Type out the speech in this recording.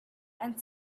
and